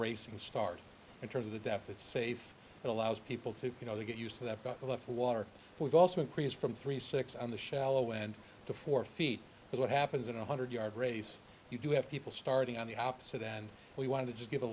racing start in terms of the deficit save it allows people to you know they get used to that bottle of water we've also increased from three six on the shallow end to four feet but what happens in one hundred yard race you do have people starting on the opposite and we want to just give a